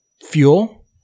fuel